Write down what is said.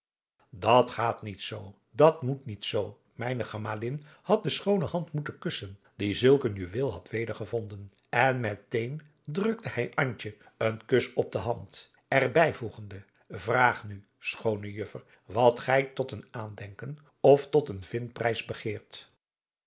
dat gaat niet zoo dat moet niet zoo mijne gemalin had de schoone hand moeten kussen die zulk een juweel had wedergevonden en met een drukte hij antje een kus op de hand er bijvoegende vraag nu schoone juffer wat gij tot een aandenken of tot een vindprijs